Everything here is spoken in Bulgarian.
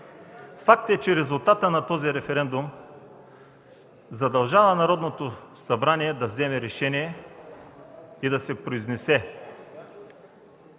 Факт е, че резултатът от този референдум задължава Народното събрание да вземе решение и да се произнесе.